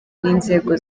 n’inzego